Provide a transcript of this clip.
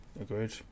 agreed